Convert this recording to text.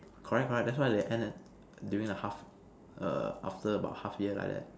correct correct that's why they end at during the half err after about half year like that